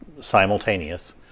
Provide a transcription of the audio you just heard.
simultaneous